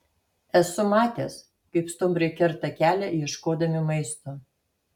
esu matęs kaip stumbrai kerta kelią ieškodami maisto